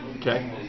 Okay